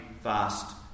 fast